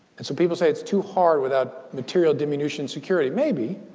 and some people say it's too hard without material diminution security. maybe,